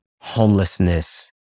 homelessness